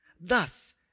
Thus